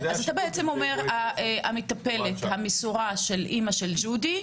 אז אתה בעצם אומר שהמטפלת המסורה של אמא של ג'ודי,